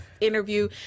interview